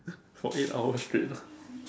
for eight hour straight lah